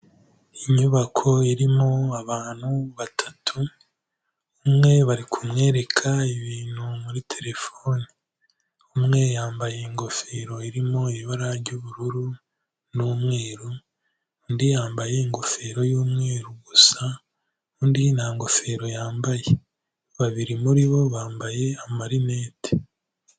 Inyubako irimo abantu batatu, umwe bari kumwereka ibintu muri telefone, umwe yambaye ingofero irimo ibara ry'ubururu n'umweru, undi yambaye ingofero y'umweru gusa, undi nta ngofero yambaye, babiri muri bo bambaye amarinete.